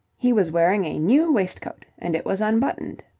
he was wearing a new waistcoat and it was unbuttoned.